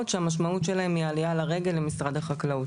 שהמשמעות שלהן היא עלייה לרגל למשרד החקלאות.